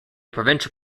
provincial